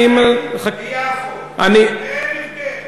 אין הבדל.